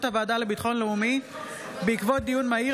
הוועדה לביטחון לאומי בעקבות דיון מהיר